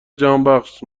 جهانبخش